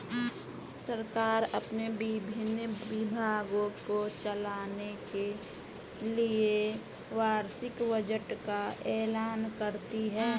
सरकार अपने विभिन्न विभागों को चलाने के लिए वार्षिक बजट का ऐलान करती है